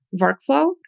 workflow